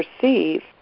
perceive